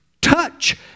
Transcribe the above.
touch